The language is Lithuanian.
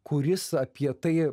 kuris apie tai